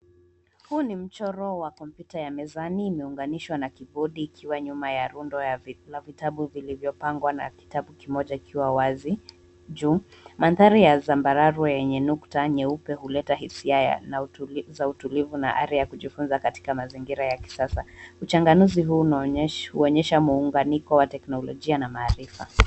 Huu ni mchoro wa kompyuta ya mezani imeunganishwa na kibodi ikiwa nyuma ya rundo za vitabu vilivyopangwa na kitabu kimoja kikiwa wazi juu, Mandhari ya zambararu yenye nukta nyeupe huleta hisia za utulivu na ari ya kujifunza katika mazingira ya kisasa. Uchanganuzi huu unaonyesha muunganiko wa teknolojia na maarifa.